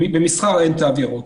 במסחר אין תו ירוק.